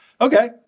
Okay